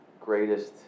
greatest